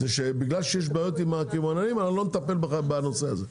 זה שבגלל שיש בעיות עם הקמעונאים אנחנו לא נטפל בנושא הזה.